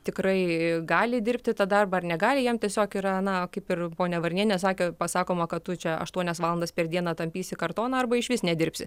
tikrai gali dirbti tą darbą ar negali jam tiesiog yra na kaip ir ponia varnienė sakė pasakoma kad čia aštuonias valandas per dieną tampysi kartoną arba išvis nedirbsi